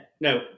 no